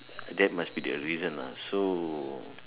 that must be the reason lah so